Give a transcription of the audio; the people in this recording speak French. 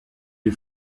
est